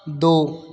ਦੋ